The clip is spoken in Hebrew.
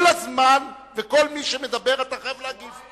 כל הזמן וכל מי שמדבר, אתה חייב להגיב?